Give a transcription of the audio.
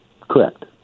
Correct